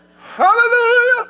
Hallelujah